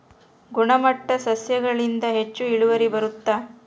ಗುಣಮಟ್ಟ ಸಸಿಗಳಿಂದ ಹೆಚ್ಚು ಇಳುವರಿ ಬರುತ್ತಾ?